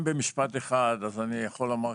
אם במשפט אחד אז אני יכול לומר ככה.